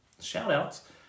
Shout-outs